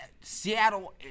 Seattle